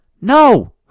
No